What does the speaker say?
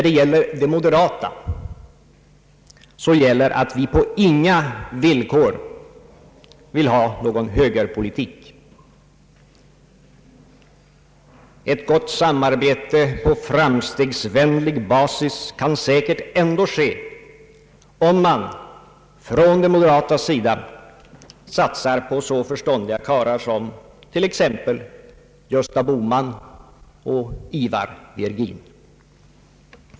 Beträffande de moderata gäller att vi på inga villkor vill ha någon högerpolitik. Ett gott samarbete på framstegsvänlig basis kan säkert ändå ske om man från de moderatas sida satsar på så förståndiga karlar som t.ex. Gösta Bohman och Ivar Virgin.